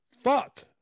fuck